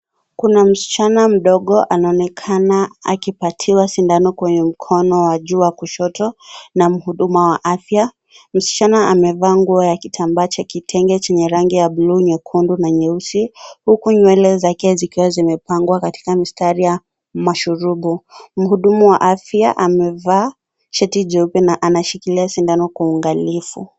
Kuna msichana mdogo anaonekana akipatiwa sindano kwenye mkono wa juu wa kushoto na mhudumu wa afya. Msichana amevaa nguo ya kitambaa cha kitenge chenye rangi ya bluu , nyekundu na nyeusi huku nywele zake zikiwa zimepangwa katika mistari ya mashurubu, mhudumu wa afya amevaa shati jeupe na anashikilia sindano kwa uangaklifu.